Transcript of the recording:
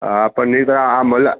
આ પણ ની આ મલાઈ